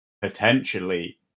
potentially